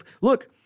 Look